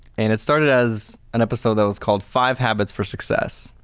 and it started as an episode that was called five habits for success.